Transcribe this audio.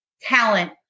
talent